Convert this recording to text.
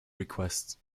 request